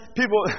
people